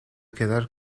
quedar